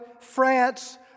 France